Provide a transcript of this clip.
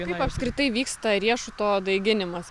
kaip apskritai vyksta riešuto daiginimas